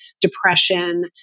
depression